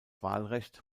wahlrecht